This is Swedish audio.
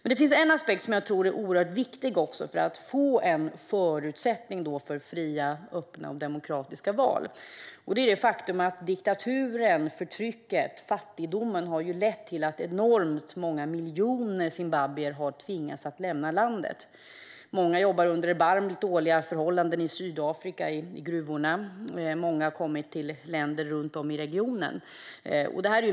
Det finns en oerhört viktig aspekt för att få förutsättningar för fria, öppna och demokratiska val, nämligen det faktum att diktaturen, förtrycket och fattigdomen har lett till att enormt många miljoner zimbabwier har tvingats att lämna landet. Många jobbar under erbarmligt dåliga förhållanden i gruvorna i Sydafrika. Många har åkt till länder runt om i regionen.